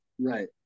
Right